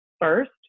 first